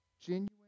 Genuine